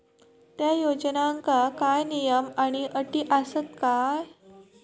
त्या योजनांका काय नियम आणि अटी आसत काय?